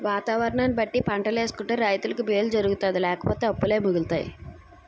వాతావరణాన్ని బట్టి పంటలేసుకుంటే రైతులకి మేలు జరుగుతాది లేపోతే అప్పులే మిగులుతాయి